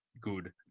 good